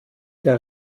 der